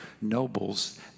nobles